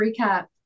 recap